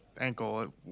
ankle